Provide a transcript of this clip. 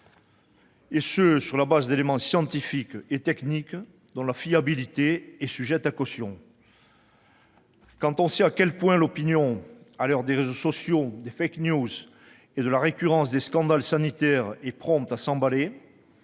et ce sur la base d'éléments scientifiques et techniques dont la fiabilité est sujette à caution. Quand on sait à quel point l'opinion, à l'heure des réseaux sociaux, des et de la récurrence des scandales sanitaires, est prompte à s'emballer